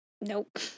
nope